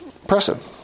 impressive